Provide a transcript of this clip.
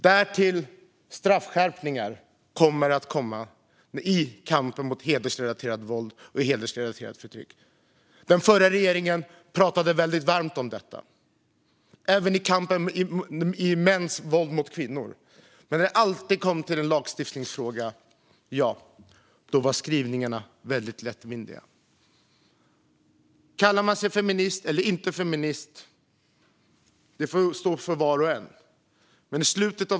Därtill kommer straffskärpningar att komma i kampen mot hedersrelaterat våld och hedersrelaterat förtryck. Den förra regeringen pratade väldigt varmt om detta, liksom om kampen mot mäns våld mot kvinnor. Men när det kom till lagstiftningsfrågor var skrivningarna alltid väldigt lättvindiga. Om man kallar sig feminist eller inte får stå för var och en.